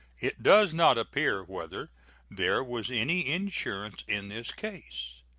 it does not appear whether there was any insurance in this case.